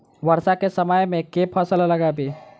वर्षा केँ समय मे केँ फसल लगाबी?